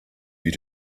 you